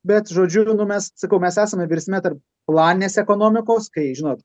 bet žodžiu nu mes sakau mes esame virsme tarp planinės ekonomikos kai žinot